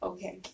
Okay